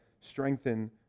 strengthen